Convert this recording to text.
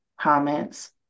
comments